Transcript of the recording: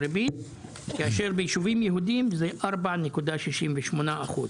כאשר ביישובים יהודיים זה 4.68 אחוז.